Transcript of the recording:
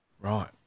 Right